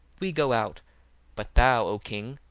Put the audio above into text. we go out but thou, o king,